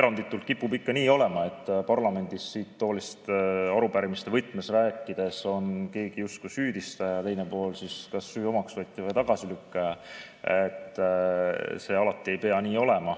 Eranditult kipub ikka nii olema, et parlamendis siit toolist arupärimiste võtmes rääkides on keegi justkui süüdistaja ja teine pool kas süü omaksvõtja või tagasilükkaja. See alati ei pea nii olema.